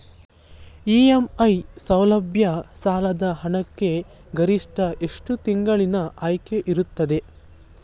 EMI ಸೌಲಭ್ಯ ಸಾಲದ ಹಣಕ್ಕೆ ಗರಿಷ್ಠ ಎಷ್ಟು ತಿಂಗಳಿನ ಆಯ್ಕೆ ಇರುತ್ತದೆ?